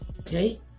Okay